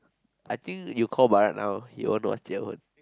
I think you call Barak now he will know what is Jie-Hwen